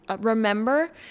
remember